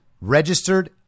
registered